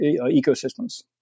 ecosystems